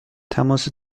تماس